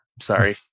Sorry